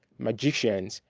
magicians,